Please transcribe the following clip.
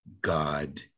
God